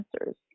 answers